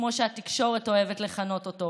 כמו שהתקשורת אוהבת לכנות אותו,